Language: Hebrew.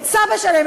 את סבא שלהם,